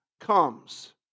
comes